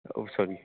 oh sorry